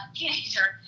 teenager